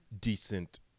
decent